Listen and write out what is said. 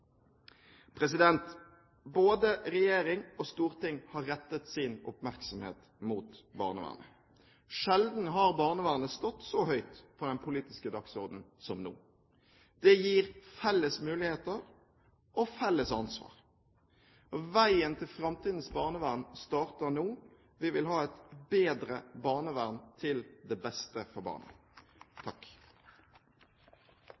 Både regjering og storting har rettet sin oppmerksomhet mot barnevernet. Sjelden har barnevernet stått så høyt på den politiske dagsordenen som nå. Det gir felles muligheter og felles ansvar. Veien til framtidens barnevern starter nå. Vi vil ha et bedre barnevern til beste for